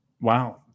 wow